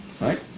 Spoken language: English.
right